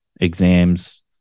exams